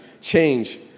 change